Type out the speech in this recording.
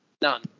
None